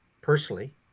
personally